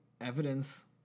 evidence